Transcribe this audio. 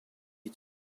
est